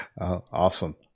Awesome